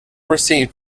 received